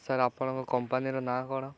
sir ଆପଣଙ୍କ କମ୍ପାନୀର ନାଁ କ'ଣ